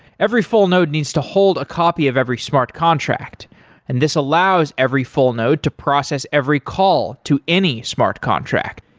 every full node needs to hold a copy of every smart contract and this allows every full node to process every call to any smart contract.